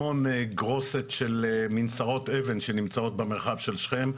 המון גרוסת של מנסרות אבן, שנמצאות במרחב של שכם,